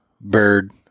bird